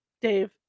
Dave